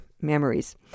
memories